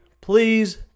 please